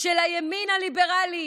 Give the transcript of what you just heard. של הימין הליברלי.